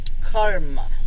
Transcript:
Karma